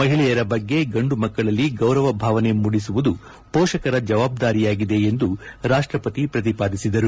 ಮಹಿಳೆಯರ ಬಗ್ಗೆ ಗಂಡು ಮಕ್ಕಳಲ್ಲಿ ಗೌರವ ಭಾವನೆ ಮೂಡಿಸುವುದು ಮೋಷಕರ ಜವಾಬ್ದಾರಿಯಾಗಿದೆ ಎಂದು ರಾಷ್ಷಪತಿ ಪ್ರತಿಪಾದಿಸಿದರು